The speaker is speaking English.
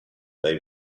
they